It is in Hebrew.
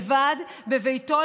לבד בביתו,